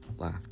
Laughed